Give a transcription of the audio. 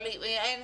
אבל אם אין,